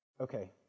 Okay